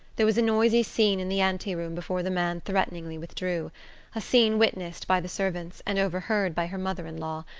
there was a noisy scene in the anteroom before the man threateningly withdrew a scene witnessed by the servants, and overheard by her mother-in-law,